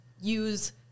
use